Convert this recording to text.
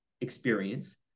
experience